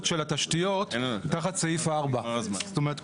של התשתיות תחת סעיף 4. זאת אומרת,